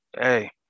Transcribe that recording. hey